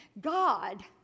God